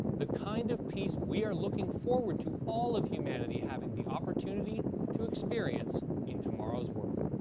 the kind of peace we are looking forward to all of humanity having the opportunity to experience in tomorrow's world.